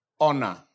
honor